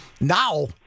now